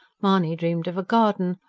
mahony dreamed of a garden,